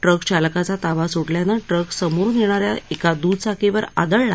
ट्रकचालकाचा ताबा सूटल्यानं ट्रक समोरुन येणा या एका दुचाकीवर आदळला